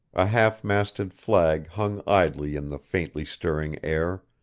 a half-masted flag hung idly in the faintly stirring air.